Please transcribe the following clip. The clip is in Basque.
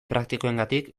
praktikoengatik